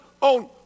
on